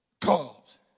cause